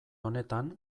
honetan